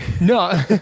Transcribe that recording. No